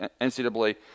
NCAA